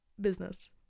business